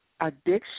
addiction